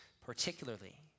particularly